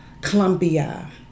Colombia